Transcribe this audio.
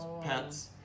pets